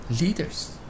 leaders